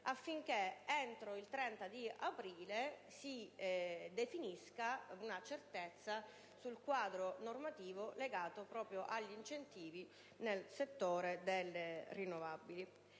affinché entro il 30 aprile si definisca una certezza sul quadro normativo legato proprio agli incentivi nel settore delle rinnovabili.